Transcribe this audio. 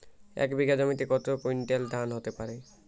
এক বিঘা জমিতে কত কুইন্টাল ধান হতে পারে?